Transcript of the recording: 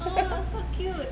orh so cute